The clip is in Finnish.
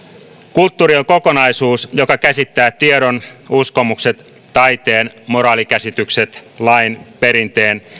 kulttuuri on kokonaisuus joka käsittää tiedon uskomukset taiteen moraalikäsitykset lain perinteen